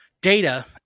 data